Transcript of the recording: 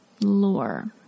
Lore